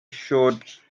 showed